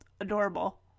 adorable